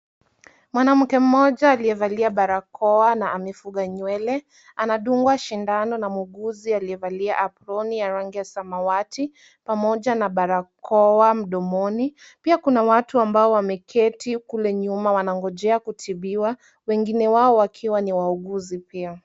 Mwanamke mmoja aliyevalia barakoa na amefunga nywele. Anadungwa sindano na muuguzi aliyevalia aproni ya rangi ya samawati pamoja na barakoa mdomoni. Pia kuna watu ambao wameketi kule nyuma wanangojea kutibiwa, wengine wao wakiwa ni wauguzi pia.